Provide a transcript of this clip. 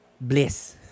bliss